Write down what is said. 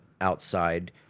outside